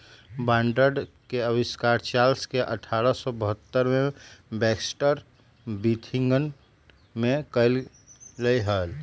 binder के आविष्कार Charles ने अठारह सौ बहत्तर में बैक्सटर विथिंगटन में कइले हल